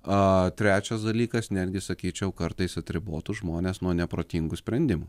a trečias dalykas netgi sakyčiau kartais atribotų žmones nuo neprotingų sprendimų